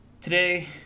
today